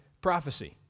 prophecy